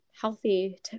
healthy